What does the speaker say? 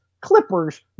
Clippers